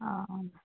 অঁ